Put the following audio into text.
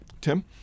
Tim